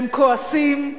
הם כועסים,